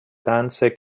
danze